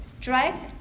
drugs